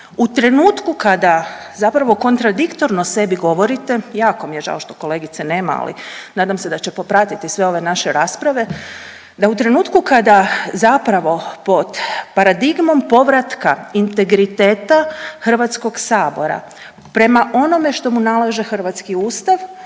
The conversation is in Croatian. u trenutku kada zapravo kontradiktorno sebi govorite, jako mi je žao što kolegice nema, ali nadam se da će popratiti sve ove naše rasprave, da u trenutku kada zapravo pod paradigmom povratka integriteta HS prema onome što mu nalaže hrvatski ustav